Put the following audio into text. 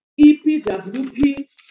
EPWP